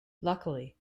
luckily